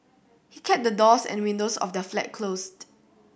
he kept the doors and windows of their flat closed